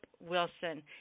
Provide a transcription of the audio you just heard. Wilson